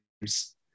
games